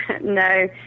no